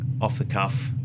off-the-cuff